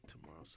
tomorrow